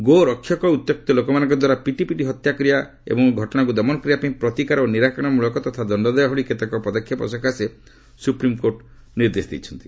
ଗୋରକ୍ଷକ ଓ ଉତ୍ୟକ୍ତ ଲୋକମାନଙ୍କ ଦ୍ୱାରା ପିଟିପିଟି ହତ୍ୟା କରିବା ଏବଂ ଘଟଣାକୁ ଦମନ କରିବା ପାଇଁ ପ୍ରତିକାର ଓ ନିରାକରଣ ମୂଳକ ତଥା ଦଶ୍ଚ ଦେବା ଭଳି କେତେକ ପଦକ୍ଷେପ ସକାଶେ ସୁପ୍ରିମ୍କୋର୍ଟ କେତେକ ନିର୍ଦ୍ଦେଶ ଦେଇଛନ୍ତି